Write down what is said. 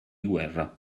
guerra